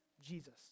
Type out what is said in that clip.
Jesus